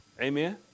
amen